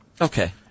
Okay